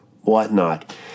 whatnot